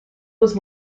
was